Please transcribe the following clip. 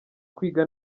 kwiga